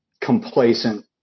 complacent